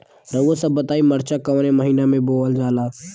रउआ सभ बताई मरचा कवने महीना में बोवल जाला?